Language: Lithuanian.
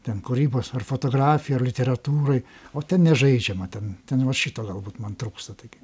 ten kūrybos ar fotografijai ar literatūrai o ten nežaidžiama ten ten va šito galbūt man trūksta taigi